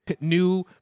new